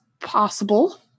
possible